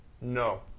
No